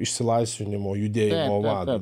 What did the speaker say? išsilaisvinimo judėjimo vado